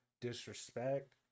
disrespect